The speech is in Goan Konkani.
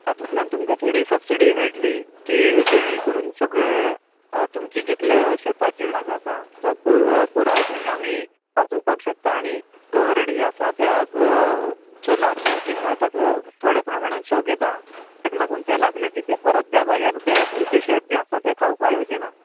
तातुंतल्यान तुमका थोडी सबसिडीय मेळटली ती जेणी करून सगळे तुमची जितल्या शेताची जागा आसा तो पो पुराय पणें आमी वाचोवपाक शेकता आनी गवारेडे जे आसा त्याक सोलार फॅन्सींग ताका थोड्या प्रमाणान शॉक येता तेक लागून ते लागले की ते परत त्या जाग्यार ते तुमचें शेत जें आसता ते खावपा येवचे ना